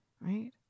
Right